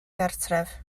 gartref